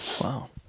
Wow